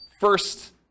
first